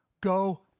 go